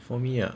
for me ah